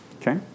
Okay